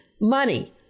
money